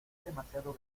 demasiado